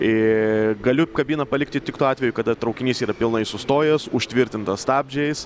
ir galiu kabiną palikti tik tuo atveju kada traukinys yra pilnai sustojęs užtvirtintas stabdžiais